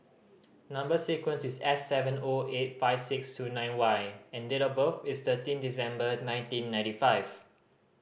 number sequence is S seven O eight five six two nine Y and date of birth is thirteen December nineteen ninety five